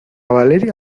valeria